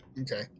Okay